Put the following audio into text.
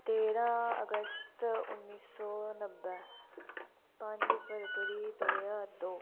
तेरां अगस्त उन्नी सौ नब्बै पंज फरवरी दो ज्हार दो